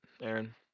Aaron